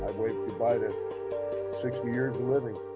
waved good-bye to sixty years of living.